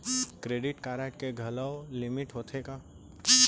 Credit card के घलव limit होथे का?